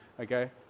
okay